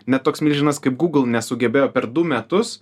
net toks milžinas kaip gūgl nesugebėjo per du metus